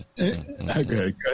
Okay